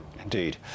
Indeed